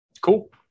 Cool